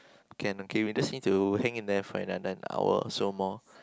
can okay we just need to hang in there for another hour or so more